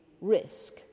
Risk